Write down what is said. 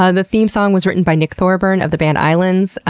ah the theme song was written by nick thorburn of the band islands.